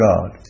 God